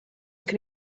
can